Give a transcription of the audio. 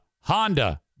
Honda